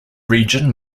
region